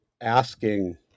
asking